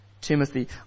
Timothy